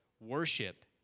worship